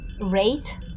rate